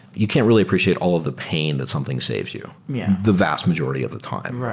you can't really appreciate all of the pain that something saves you yeah the vast majority of the time,